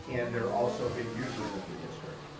and they're also big users of the district,